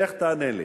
לך תענה לי.